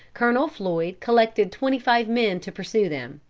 colonel floyd collected twenty-five men to pursue them.